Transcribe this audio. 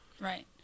right